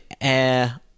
air